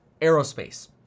aerospace